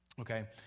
Okay